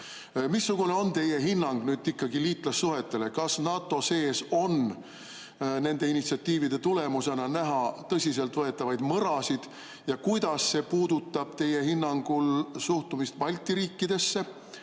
Missugune on teie hinnang liitlassuhetele? Kas NATO sees on nende initsiatiivide tulemusena näha tõsiseltvõetavaid mõrasid? Ja kuidas see puudutab teie hinnangul suhtumist Balti riikidesse,